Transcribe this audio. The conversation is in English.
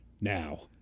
now